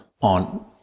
on